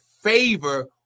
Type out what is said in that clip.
favor